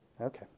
Okay